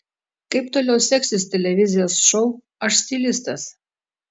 kaip toliau seksis televizijos šou aš stilistas